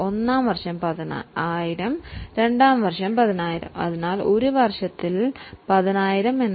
20000 ത്തിൻറെ ഡിപ്രീസിയേഷൻ ഓരോ വർഷവും 10000 കുറയുന്നു എന്ന് വയ്ക്കാം അപ്പോൾ ഒന്നാം വർഷം ഡിപ്രീസിയേഷൻ 10000 രണ്ടാം വർഷം 10000